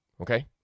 Okay